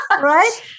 Right